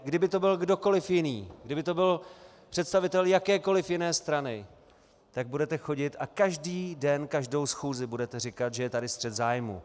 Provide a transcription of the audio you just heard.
Kdyby to byl kdokoliv jiný, kdyby to byl představitel jakékoliv jiné strany, tak budete chodit a každý den, každou schůzi budete říkat, že je tady střet zájmů.